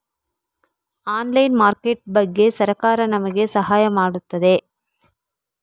Online market ಬಗ್ಗೆ ಸರಕಾರ ನಮಗೆ ಸಹಾಯ ಮಾಡುತ್ತದೆ?